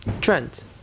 Trent